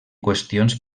qüestions